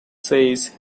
says